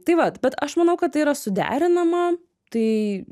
tai vat bet aš manau kad tai yra suderinama tai